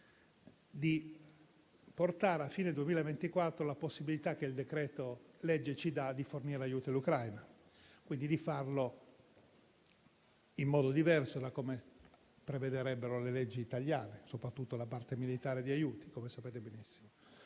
di portare a fine 2024 la possibilità che il decreto-legge ci dà di fornire aiuto all'Ucraina, quindi di farlo in modo diverso da come prevedrebbero le leggi italiane, soprattutto la parte militare di aiuti, come sapete benissimo.